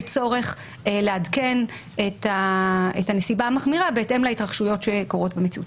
צורך לעדכן את הנסיבה המחמירה בהתאם להתרחשויות שקורות במציאות.